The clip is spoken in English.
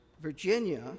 Virginia